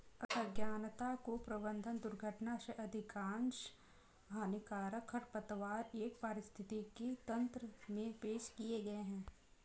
अज्ञानता, कुप्रबंधन, दुर्घटना से अधिकांश हानिकारक खरपतवार एक पारिस्थितिकी तंत्र में पेश किए गए हैं